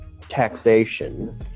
taxation